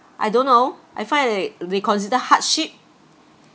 I don't know I find they they considered hardship